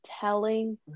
telling